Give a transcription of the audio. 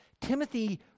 Timothy